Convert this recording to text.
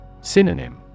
Synonym